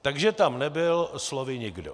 Takže tam nebyl slovy nikdo.